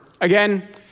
Again